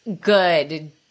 good